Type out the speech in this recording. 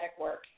work